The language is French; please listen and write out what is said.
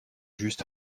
just